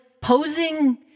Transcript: posing